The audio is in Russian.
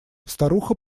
старуха